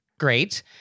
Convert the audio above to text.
Great